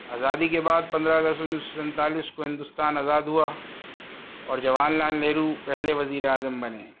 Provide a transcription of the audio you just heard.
ازادی کے بعد پندرہ اگست انیس سو سنتالیس کو ہندوستان آزاد ہوا اور جواہر لال نہرو پہلے وزیر اعظم بنے